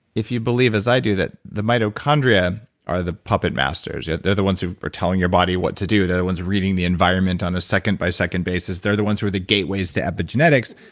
if you believe as i do that the mitochondria are the puppet masters, yeah they're the ones that are telling your body what to do, they're the ones reading the environment on a second-by-second basis, they're the ones who are the gateways to epigenetics.